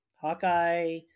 Hawkeye